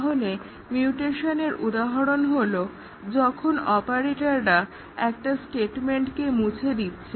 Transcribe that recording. তাহলে মিউটেশনের উদাহরণ হলো যখন অপারেটররা একটা স্টেটমেন্টকে মুছে দিচ্ছে